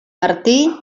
martí